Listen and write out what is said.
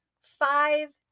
Five